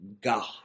God